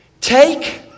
Take